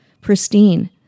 pristine